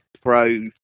Pro